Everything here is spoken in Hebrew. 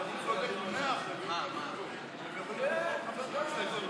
של חברי הכנסת יואל חסון ואלעזר שטרן